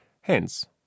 Hence